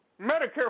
Medicare